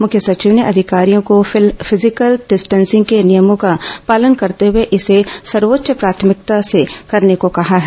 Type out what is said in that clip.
मुख्य सचिव ने अधिकारियों को फिजिकल डिस्टेंसिंग के नियमों का पालन करते हुए इसे सर्वोच्च प्राथमिकता से करने को कहा है